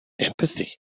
Empathy